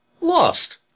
Lost